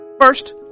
First